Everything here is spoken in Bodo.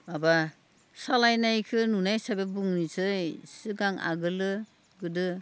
माबा सालायनायखौ नुनाय हिसाबै बुंनोसै सिगां आगोलो गोदो